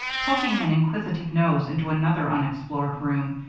poking an inquisitive nose into another unexplored room,